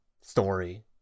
story